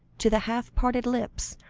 to the half-parted lips,